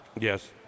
Yes